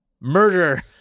murder